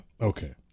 okay